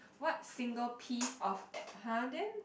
what single of piece !huh! then